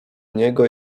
niego